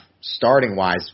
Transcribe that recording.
starting-wise